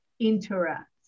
Interact